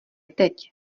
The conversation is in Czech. teď